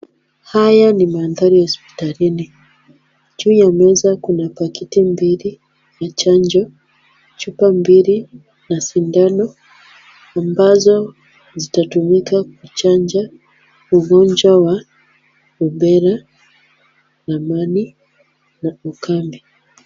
Haya ni mandhari ya hospitalini. Juu ya meza kuna paketi mbili ya chanjo, chupa mbili na sindano ambazo zitatumika kuchanja wagonjwa wa rubella, amani na ukambi.